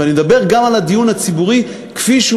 ואני מדבר גם על הדיון הציבורי כפי שהוא